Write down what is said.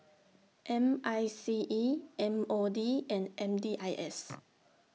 M I C E M O D and M D I S